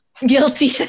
Guilty